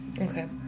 Okay